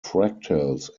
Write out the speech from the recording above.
fractals